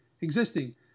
existing